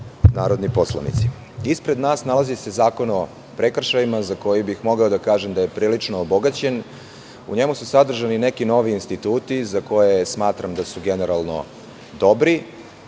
narodni poslanici, ispred nas nalazi se zakon o prekršajima, za koji bih mogao da kažem da je prilično obogaćen. U njemu su sadržani neki novi instituti za koje smatram da su generalno dobri